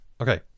Okay